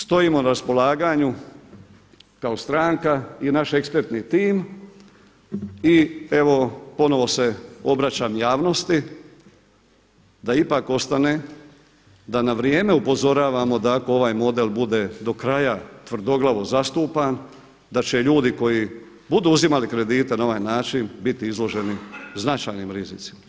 Stojimo na raspolaganju kao stranka i naš ekspertni tim i evo ponovno se obraćam javnosti da ipak ostane da na vrijeme upozoravamo da ako ovaj model bude do kraja tvrdoglavo zastupan da će ljudi koji budu uzimali kredite na ovaj način biti izloženi značajnim rizicima.